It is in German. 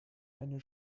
eine